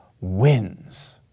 wins